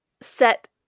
set